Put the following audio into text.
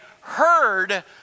heard